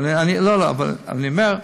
אבל אני, לא, לא, אני אומר,